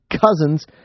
cousins